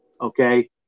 okay